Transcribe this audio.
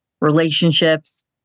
relationships